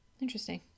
Interesting